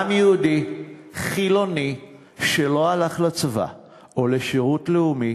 גם יהודי חילוני שלא הלך לצבא או לשירות לאומי